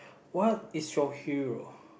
what is your hero